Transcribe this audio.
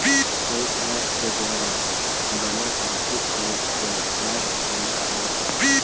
कोई ट्रस्ट के द्वारा बनल आर्थिक कोश के ट्रस्ट फंड कहल जा हई